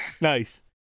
Nice